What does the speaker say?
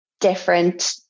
different